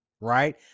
Right